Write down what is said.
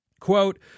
Quote